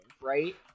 right